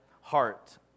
heart